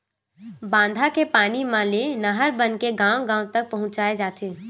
बांधा के पानी मन ले नहर बनाके गाँव गाँव तक पहुचाए जाथे